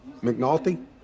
McNulty